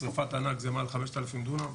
שריפת ענק זה מעל 5,000 דונם,